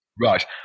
Right